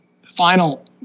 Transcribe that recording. final